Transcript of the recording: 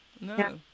no